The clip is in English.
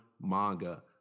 manga